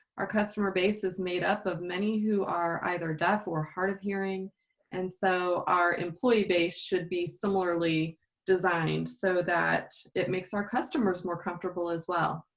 our customer base is made up of many who are either deaf or hard of hearing and so our employee base should be similarly designed so that it makes our customers more comfortable as well.